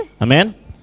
Amen